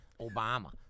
Obama